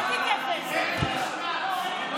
בנט בשנ"ץ.